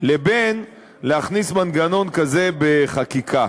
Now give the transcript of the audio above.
לבין להכניס מנגנון כזה בחקיקה.